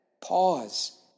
pause